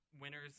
winners